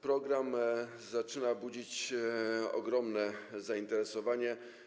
Program zaczyna budzić ogromne zainteresowanie.